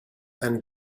and